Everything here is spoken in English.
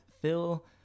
Phil